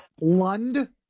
Lund